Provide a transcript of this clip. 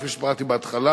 כפי שפירטתי בהתחלה.